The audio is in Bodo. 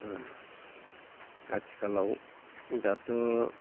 आथिखालाव दाथ'